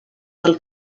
del